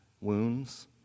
wounds